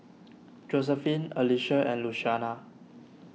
Josephine Alicia and Luciana